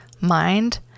mind